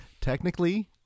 Technically